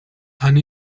and